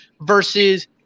versus